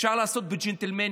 אפשר לעשות בג'נטלמניות,